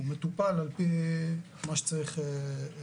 הוא מטופל על פי מה שצריך לטפל בו.